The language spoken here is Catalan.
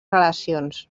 relacions